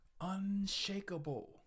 unshakable